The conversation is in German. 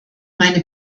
meine